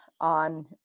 on